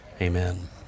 amen